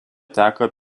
teka